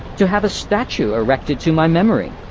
to have a statue erected to my memory.